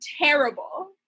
terrible